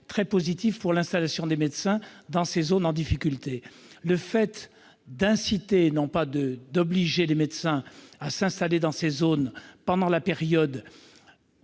très positifs sur l'installation des médecins dans ces zones en difficulté. Le fait d'inciter, et non pas d'obliger les médecins à s'installer dans ces zones pendant une période